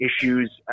issues